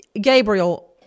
Gabriel